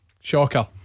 Shocker